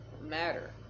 matter